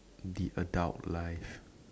the adult life